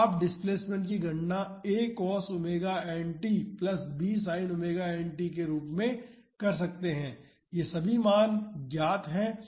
तो आप डिस्प्लेसमेंट की गणना a cos ⍵nt plus b sin ⍵nt के रूप में कर सकते हैं ये सभी मान ज्ञात हैं